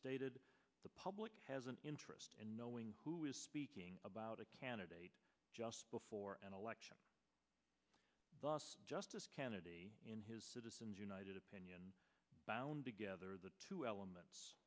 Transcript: stated the public has an interest in knowing who is speaking about a candidate just before an election justice kennedy in his citizens united opinion bound together the two elements